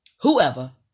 whoever